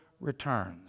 returns